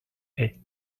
est